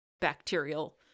bacterial